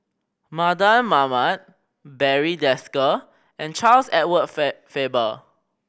Mardan Mamat Barry Desker and Charles Edward Feb Faber